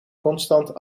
constant